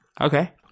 Okay